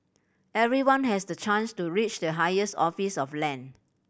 everyone has the chance to reach the highest office of land